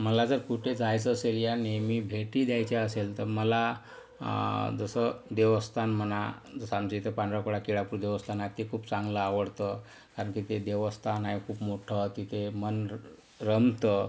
मला जर कुठे जायचं असेल या नेहमी भेटी द्यायच्या असेल तर मला जसं देवस्थान म्हणा जसं आमच्या इथं पांढरकवडा केळापूर देवस्थान आहे ते खूप चांगलं आवडतं आणि ते जे देवस्थान आहे खूप मोठं तिथे मन रमतं